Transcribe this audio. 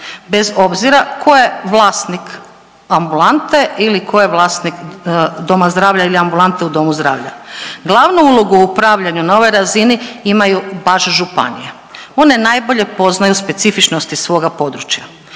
bez obzira ko je vlasnik ambulante ili ko je vlasnik doma zdravlja ili ambulante u domu zdravlja. Glavu ulogu u upravljanju na ovoj razini imaju baš županije, one najbolje poznaju specifičnosti svoga područja.